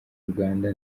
uganda